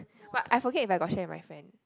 but I forget if I got share with my friend